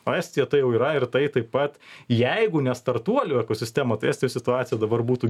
o estija tai jau yra ir tai taip pat jeigu ne startuolių ekosistema tai estijos situacija dabar būtų